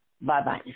Bye-bye